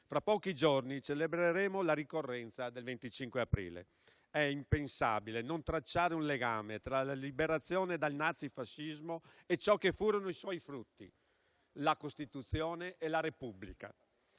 Fra pochi giorni celebreremo la ricorrenza del 25 aprile. È impensabile non tracciare un legame tra la liberazione dal nazifascismo e ciò che furono i suoi frutti: la Costituzione e la Repubblica.